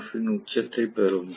F இன் உச்சத்தை பெறும்